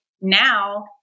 now